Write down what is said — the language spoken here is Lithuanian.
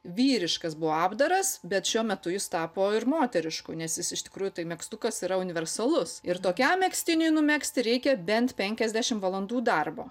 vyriškas buvo apdaras bet šiuo metu jis tapo ir moterišku nes jis iš tikrųjų tai megztukas yra universalus ir tokiam megztiniui numegzti reikia bent penkiasdešim valandų darbo